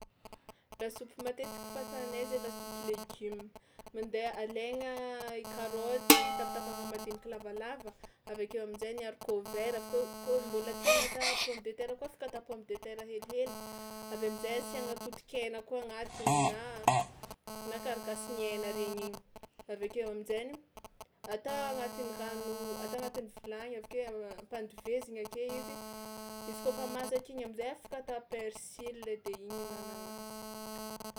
Lasopy matetika fatanay zay lasopy legioma, mandeha alaigna karaoty tapatapahana madinika lavalava, avy akeo amin-jainy haricot vert avy ake kôa mbôla tiagna ata pomme de terre koa afaka ata pomme de terre helihely, avy am'zay asiagna totonkena koa agnatiny na na karakasin'ny aigna regny igny avy akeo amin-jainy ata agnatin'ny rano ata agnatin'ny vilagny avy ake ampadevezina ake izy, izy kaofa masaka igny am'zay afaka ata persil de igny ihinanagna azy.